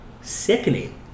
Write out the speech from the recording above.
sickening